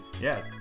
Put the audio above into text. Yes